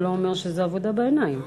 זה לא אומר שזאת עבודה בעיניים.